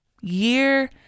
Year